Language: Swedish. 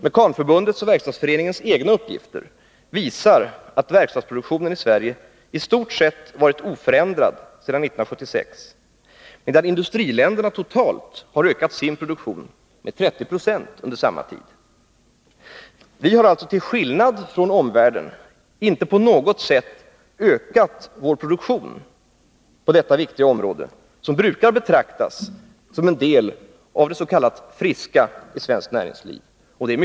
Mekanförbundets och Verkstadsförening Torsdagen den ens egna uppgifter visar att verkstadsproduktionen i Sverige i stort sett varit 16 december 1982 oförändrad sedan 1976, medan industriländerna totalt har ökat sin produktion med 30 260 under samma tid. Vi har alltså, till skillnad från omvärlden, Vissa ekonomiskinte på något sätt ökat vår produktion på detta viktiga område, som brukar politiska åtgärder betraktas som en del av des.k. friska delarna i svenskt näringsliv — och detta. m.